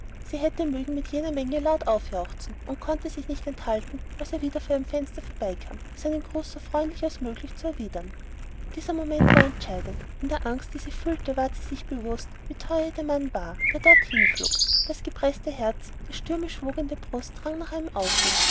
sie hätte mögen mit jener menge laut aufjauchzen und konnte sich nicht enthalten als er vor ihrem fenster vorbeikam seinen gruß so freundlich als möglich zu erwidern dieser moment war entscheidend in der angst die sie fühlte ward sie sich bewußt wie teuer ihr der mann war der dort hinflog das gepreßte herz die stürmisch wogende brust rang nach einem ausweg